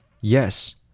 Yes